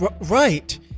right